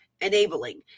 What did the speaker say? enabling